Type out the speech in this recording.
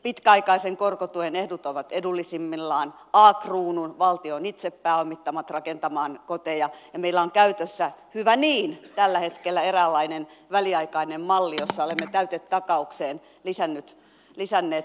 pitkäaikaisen korkotuen ehdot ovat edullisimmillaan a kruunu rakennuttaa valtion itse pääomittamia koteja ja meillä on käytössä hyvä niin tällä hetkellä eräänlainen väliaikainen malli jossa olemme täytetakaukseen lisänneet käynnistysavustuksen